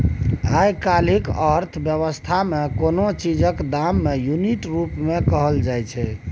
आइ काल्हिक अर्थ बेबस्था मे कोनो चीजक दाम केँ युनिट रुप मे कहल जाइ छै